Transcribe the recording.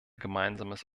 gemeinsames